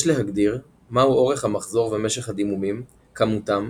יש להגדיר מהו אורך המחזור ומשך הדימומים, כמותם,